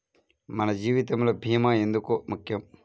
మన జీవితములో భీమా ఎందుకు ముఖ్యం?